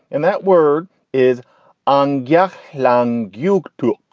and that word is on jeff land use to